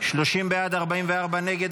הכנסת, לא אושרה, ותוסר מסדר-היום.